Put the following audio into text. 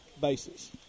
basis